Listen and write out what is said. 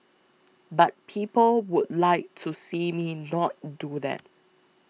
but people would like to see me not do that